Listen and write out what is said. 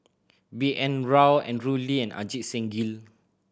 B N Rao Andrew Lee and Ajit Singh Gill